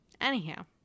Anyhow